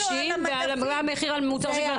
גברים ועל מוצר של גברים מה המחיר של מוצר של נשים.